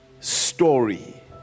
story